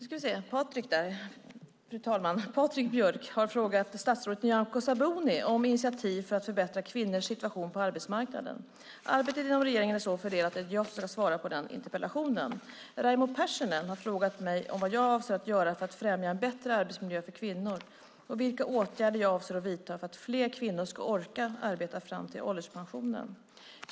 Fru talman! Patrik Björck har frågat statsrådet Nyamko Sabuni om initiativ för att förbättra kvinnors situation på arbetsmarknaden. Arbetet inom regeringen är så fördelat att det är jag som ska svara på interpellationen. Raimo Pärssinen har frågat mig vad jag avser att göra för att främja en bättre arbetsmiljö för kvinnor och vilka åtgärder jag avser att vidta för att fler kvinnor ska orka arbeta fram till ålderspensionen.